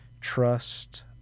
trust